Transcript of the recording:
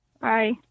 Bye